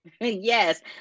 yes